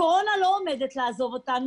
הקורונה לא עומדת לעזוב אותנו,